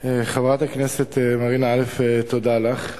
חברת הכנסת מרינה, תודה לך.